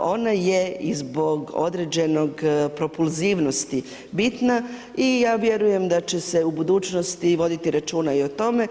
ona je i zbog određene propulzivnosti bitna i ja vjerujem da će se u budućnosti voditi računa i o tome.